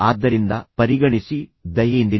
ಆದ್ದರಿಂದ ಪರಿಗಣಿಸಿ ದಯೆಯಿಂದಿರಿ